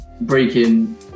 breaking